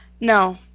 No